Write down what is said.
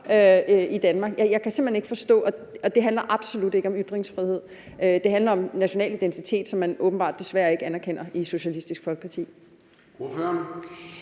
i Danmark. Jeg kan simpelt ikke forstå det, og det handler absolut ikke om ytringsfrihed. Det handler om national identitet, som man åbenbart desværre ikke anerkender i Socialistisk Folkeparti.